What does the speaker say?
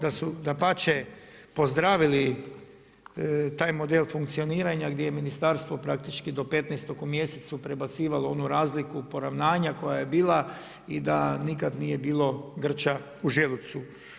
Dapače, pozdravili taj model funkcioniranja gdje je ministarstvo praktički do petnaestog u mjesecu prebacivalo onu razliku poravnanja koja je bila i da nikad nije bilo grča u želucu.